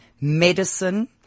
medicine